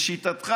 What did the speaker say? לשיטתך,